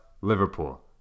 Liverpool